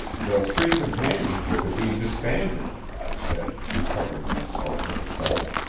the free companions are to be disbanded, i said, recovering myself with a gulp.